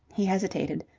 he hesitated.